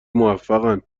موفقن